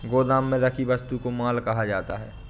गोदाम में रखी वस्तु को माल कहा जाता है